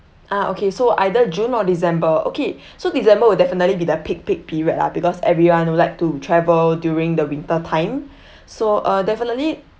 uh okay so either june or december okay so december will definitely be the peak peak period lah because everyone would like to travel during the winter time so uh definitely